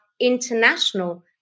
international